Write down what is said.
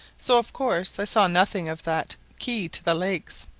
so of course i saw nothing of that key to the lakes,